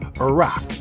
Iraq